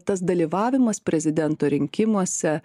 tas dalyvavimas prezidento rinkimuose